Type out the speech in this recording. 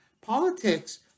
politics